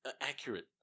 accurate